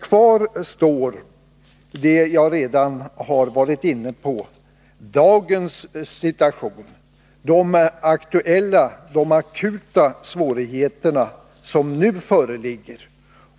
Kvar står det jag redan har varit inne på — dagens situation, de akuta svårigheter som nu föreligger.